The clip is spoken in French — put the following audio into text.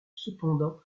cependant